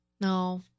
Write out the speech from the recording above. No